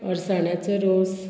अरसाण्याचो रोस